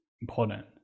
important